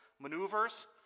maneuvers